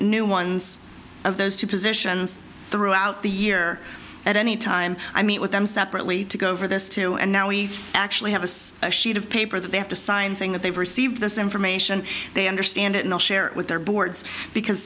new ones of those two positions throughout the year at any time i meet with them separately to go over those two and now we actually have a sheet of paper that they have to sign saying that they've received this information they understand it and share it with their boards because